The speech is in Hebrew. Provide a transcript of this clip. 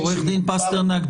עורך דין פסטרנק,